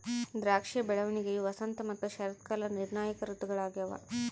ದ್ರಾಕ್ಷಿಯ ಬೆಳವಣಿಗೆಯು ವಸಂತ ಮತ್ತು ಶರತ್ಕಾಲ ನಿರ್ಣಾಯಕ ಋತುಗಳಾಗ್ಯವ